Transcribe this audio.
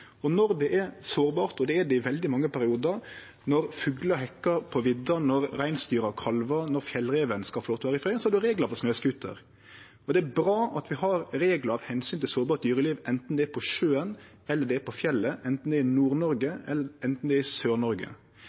Når det er sårbart, og det er det i veldig mange periodar – når fuglar hekkar på vidda, når reinsdyra kalvar, når fjellreven skal få lov til å vere i fred – er det reglar for snøscooter. Det er bra at vi har reglar av omsyn til sårbart dyreliv, enten det er på sjøen eller på fjellet, enten det er i Nord-Noreg eller